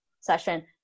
session